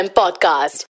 podcast